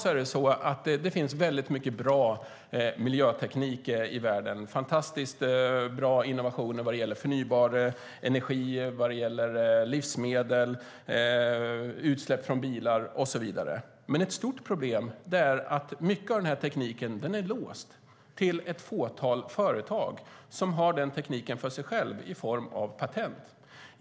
I dag finns det väldigt mycket bra miljöteknik i världen och fantastiskt bra innovationer vad gäller förnybar energi, livsmedel, utsläpp från bilar och så vidare. Men ett stort problem är att mycket av tekniken är låst till ett fåtal företag som har den tekniken för sig själva i form av patent.